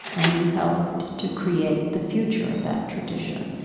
and you helped to create the future of that tradition.